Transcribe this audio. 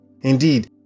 Indeed